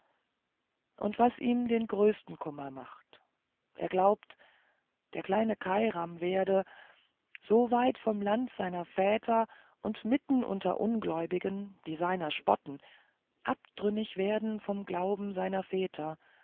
und was ihm den größten kummer macht er glaubt der kleine kairam werde so weit vom land seiner väter und mitten unter ungläubigen die seiner spotten abtrünnig werden vom glauben seiner väter